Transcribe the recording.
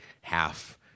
half